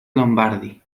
lombardi